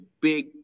big